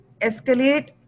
escalate